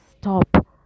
stop